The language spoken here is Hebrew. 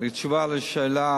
בתשובה על שאלה